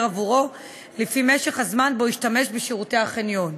עבורו לפי משך הזמן שבו השתמש בשירותי החניון.